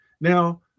Now